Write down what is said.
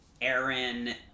Aaron